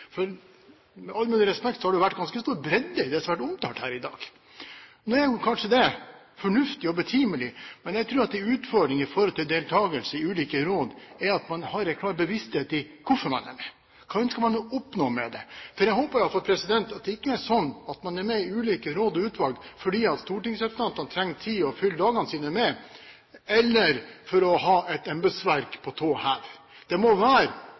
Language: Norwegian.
For med all mulig respekt har det vært en ganske stor bredde i det som har vært omtalt her i dag. Nå er det kanskje fornuftig og betimelig, men jeg tror det er en utfordring med tanke på deltagelse i ulike råd, at man har en klar bevissthet når det gjelder hvorfor man er med. Hva ønsker man å oppnå med det? For jeg håper at det ikke er sånn at man er med i ulike råd og utvalg fordi stortingsrepresentantene trenger saker å fylle dagene sine med, eller for å ha et embetsverk på tå hev. Det må være